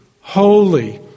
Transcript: holy